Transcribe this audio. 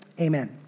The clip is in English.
amen